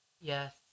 Yes